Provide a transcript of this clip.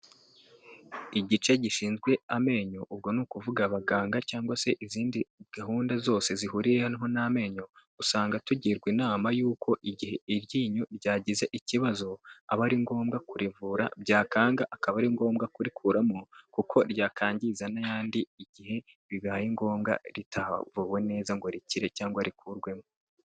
Igice gishinzwe amenyo, ubwo ni ukuvuga abaganga cyangwa se izindi gahunda zose zihuriyeho n'amenyo, usanga tugirwa inama y'uko igihe iryinyo ryagize ikibazo, aba ari ngombwa kurivura byakanga akaba ari ngombwa kurikuramo, kuko ryakangiza n'ayandi, igihe bibaye ngombwa ritavuwe neza ngo rikire cyangwa rikurwemo.